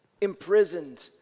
imprisoned